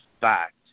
fact